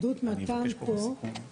שמואל בבקשה.